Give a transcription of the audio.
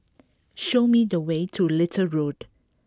show me the way to Little Road